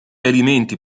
alimenti